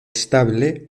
estable